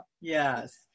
yes